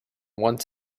one